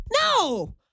No